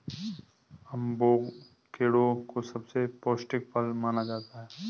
avocado को सबसे पौष्टिक फल माना जाता है